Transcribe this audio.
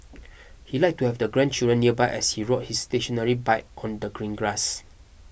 he liked to have the grandchildren nearby as he rode his stationary bike on the green grass